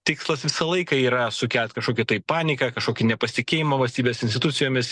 tikslas visą laiką yra sukelt kažkokį tai paniką kažkokį nepastikėjimą valstybės institucijomis